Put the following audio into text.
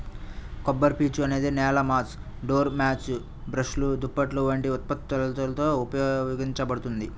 కొబ్బరిపీచు అనేది నేల మాట్స్, డోర్ మ్యాట్లు, బ్రష్లు, దుప్పట్లు వంటి ఉత్పత్తులలో ఉపయోగించబడుతుంది